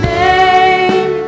name